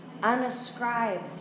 unascribed